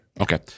Okay